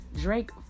Drake